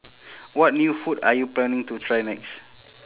what new food are you planning to try next